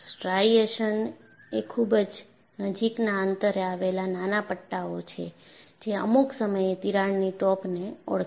striations એ ખૂબ જ નજીકના અંતરે આવેલા નાના પટ્ટાઓ છે જે અમુક સમયે તિરાડની ટોપને ઓળખે છે